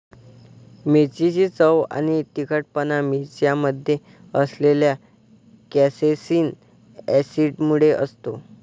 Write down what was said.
मिरचीची चव आणि तिखटपणा मिरच्यांमध्ये असलेल्या कॅप्सेसिन ऍसिडमुळे असतो